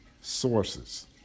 sources